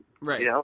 Right